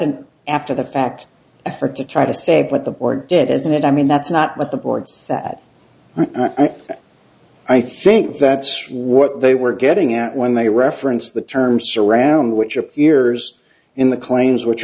an after the fact effort to try to say what the borg did isn't it i mean that's not what the boards that i think that's what they were getting at when they referenced the terms around which appears in the claims which